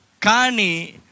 Kani